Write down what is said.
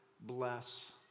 Bless